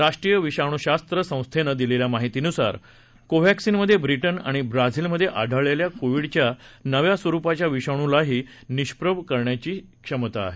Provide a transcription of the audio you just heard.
राष्ट्रीय विषाणूशास्त्र संस्थेनं दिलेल्या माहितीनुसार कोवॅक्सिनमध्ये ब्रिटन आणि ब्राझील मध्ये आढळलेल्या कोव्हिडच्या नव्या स्वरूपाच्या विषाणूलाही निष्प्रभ करण्याची क्षमता आहे